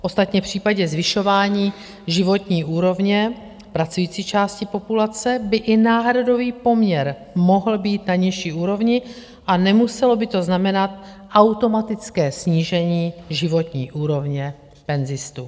Ostatně v případě zvyšování životní úrovně pracující části populace by i náhradový poměr mohl být na nižší úrovni a nemuselo by to znamenat automatické snížení životní úrovně penzistů.